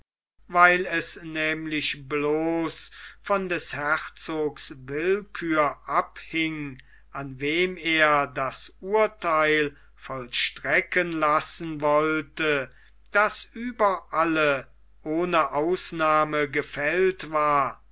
weil es nämlich bloß von des herzogs willkür abhing an wem er das urtheil vollstrecken lassen wollte das über alle ohne ausnahme gefällt war